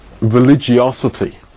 religiosity